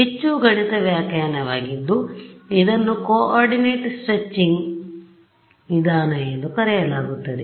ಹೆಚ್ಚು ಗಣಿತದ ವ್ಯಾಖ್ಯಾನವಾಗಿದ್ದು ಇದನ್ನು ಕೋಆರ್ಡಿನೇಟ್ ಸ್ಟ್ರೆಚಿಂಗ್ ವಿಧಾನ ಎಂದು ಕರೆಯಲಾಗುತ್ತದೆ